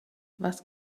was